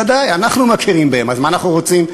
ודאי, אנחנו מכירים בהם, אז מה אנחנו רוצים מהם?